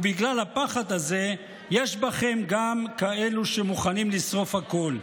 ובגלל הפחד הזה יש בכם גם כאלו שמוכנים לשרוף הכול.